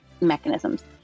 mechanisms